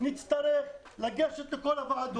גם לא מצאנו את השביל לאחר הסופה כי הוא